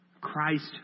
Christ